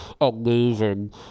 amazing